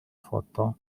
foto